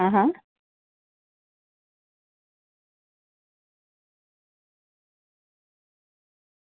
હા હા